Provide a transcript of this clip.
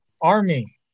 Army